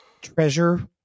treasure